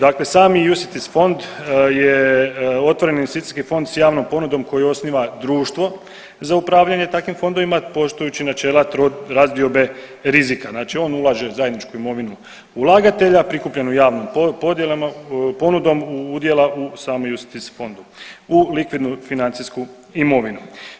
Dakle, sami UCITS fond je otvoreni investicijski fond s javnom ponudom koju osniva društvo za upravljanje takvim fondovima poštujući načela trorazdiobe rizika, znači on ulaže zajedničku imovinu ulagatelja prikupljenu javnom ponudom udjela u samom UCITS fondu u likvidnu financijsku imovinu.